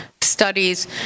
Studies